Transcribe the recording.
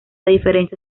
diferencia